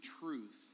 truth